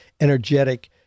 energetic